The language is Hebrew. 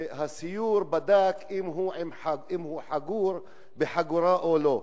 והסיור בדק אם הוא חגור בחגורה או לא,